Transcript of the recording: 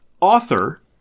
author